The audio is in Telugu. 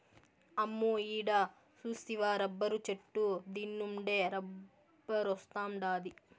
అమ్మో ఈడ సూస్తివా రబ్బరు చెట్టు దీన్నుండే రబ్బరొస్తాండాది